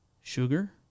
Sugar